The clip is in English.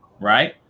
right